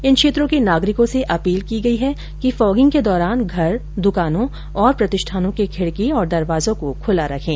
इन क्षेत्रों के नागरिकों से अपील की गई है कि फोगिंग के दौरान घर दुकानों और प्रतिष्ठानों के खिड़की तथा दरवाजों को खुला रखें